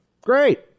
Great